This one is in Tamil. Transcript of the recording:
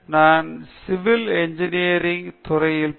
நான் சிவில் இன்ஜினியரிங் துறையில் பி